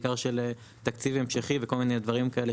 בעיקר של תקציב המשכי ודברים נוספים,